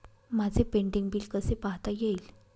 माझे pending bill कसे पाहता येईल?